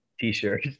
t-shirt